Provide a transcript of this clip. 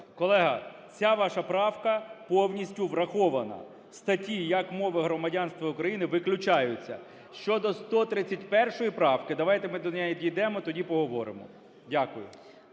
Колега, ця ваша правка повністю врахована в статті "як мови громадянства України" виключаються. Щодо 131 правки. Давайте ми до неї дійдемо, тоді поговоримо. Дякую.